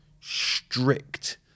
strict